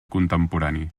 contemporani